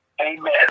Amen